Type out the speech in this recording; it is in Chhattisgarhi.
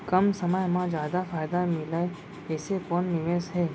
कम समय मा जादा फायदा मिलए ऐसे कोन निवेश हे?